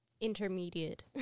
intermediate